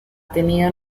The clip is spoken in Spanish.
tenido